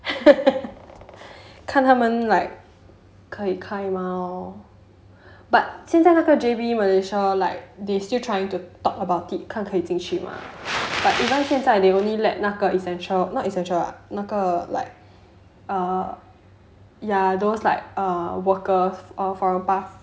看他们 like 可以开吗 lor but 现在那个 J_B malaysia like they still trying to talk about it 看可以进去吗 but even 现在 they only let 那个 essential not essential 那个 like err those like err workers or foreign pass